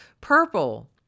Purple